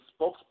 spokesperson